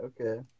Okay